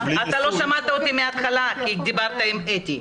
אתה לא שמעת אותי מהתחלה כי דיברת עם אתי.